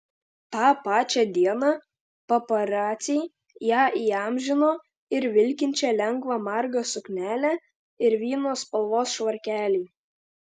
tą pačią dieną paparaciai ją įamžino ir vilkinčią lengvą margą suknelę ir vyno spalvos švarkelį